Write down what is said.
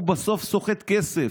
הוא בסוף סוחט כסף,